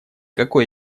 какой